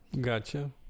Gotcha